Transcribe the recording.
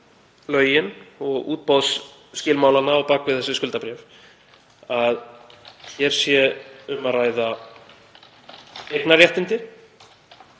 lögin og útboðsskilmálana á bak við þessi skuldabréf að hér sé um að ræða eignarréttindi